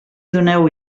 doneu